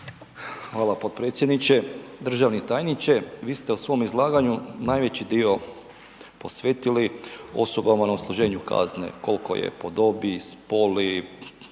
Hvala potpredsjedniče. Državni tajniče, vi ste u svom izlaganju najveći dio posvetili osobama na odsluženju kazne. Koliko je po dobi, spolu,